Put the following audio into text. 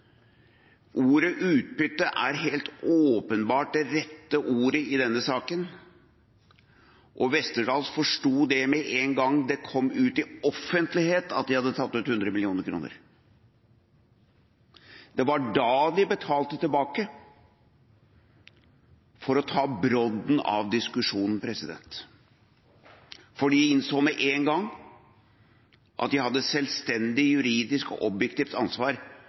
Ordet «utbytte» er helt åpenbart det rette ordet i denne saken, og Westerdals forsto det med en gang det kom ut i offentlighet at de hadde tatt ut 100 mill. kr. Det var da de betalte tilbake – for å ta brodden av diskusjonen. For de innså med en gang at de hadde et selvstendig juridisk og objektivt ansvar